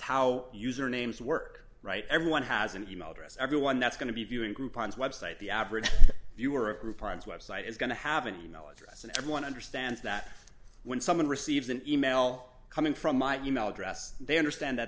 how usernames work right everyone has an email address everyone that's going to be viewing group plans website the average viewer of group primes website is going to have an email address and everyone understands that when someone receives an e mail coming from my e mail address they understand that